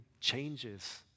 changes